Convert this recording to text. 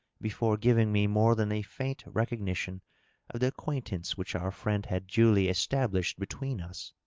before giving me more than a faint recog nition of the acquaintance which our friend had duly established between us.